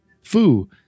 Fu